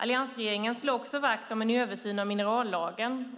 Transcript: Alliansregeringen slår också vakt om den översyn av minerallagen